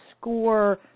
score